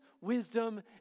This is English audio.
wisdom